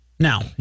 Now